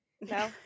No